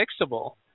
fixable